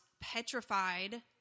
petrified